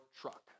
truck